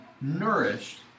nourished